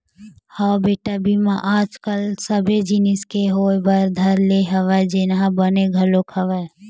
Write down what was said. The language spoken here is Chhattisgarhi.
हव बेटा बीमा आज कल सबे जिनिस के होय बर धर ले हवय जेनहा बने घलोक हवय